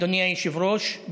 אדוני היושב-ראש,